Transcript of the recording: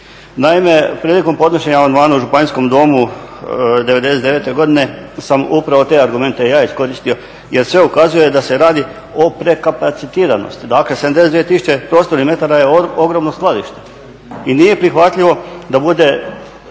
Naime, prilikom podnošenja amandmana u županijskom domu '99. godine sam upravo te argumente ja iskoristio jer sve ukazuje da se radio o prekapacitiranosti. Dakle, 72 tisuće prostornih metara je ogromno skladište i nije prihvatljivo da bude,